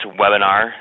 webinar